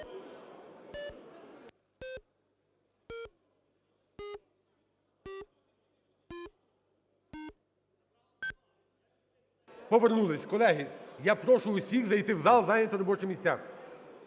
Повернулися. Колеги, я прошу усіх зайти в зал, зайняти робочі місця.